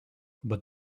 but